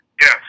Yes